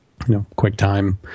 QuickTime